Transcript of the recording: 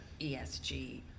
ESG